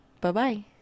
Bye-bye